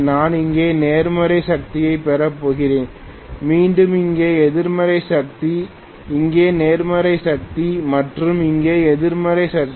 நான் இங்கே நேர்மறை சக்தியைப் பெறப் போகிறேன் மீண்டும் இங்கே எதிர்மறை சக்தி இங்கே நேர்மறை சக்தி மற்றும் இங்கே எதிர்மறை சக்தி